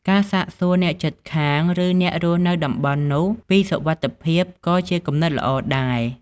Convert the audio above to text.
ការសាកសួរអ្នកជិតខាង ឬអ្នករស់នៅតំបន់នោះពីសុវត្ថិភាពក៏ជាគំនិតល្អដែរ។